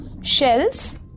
Shells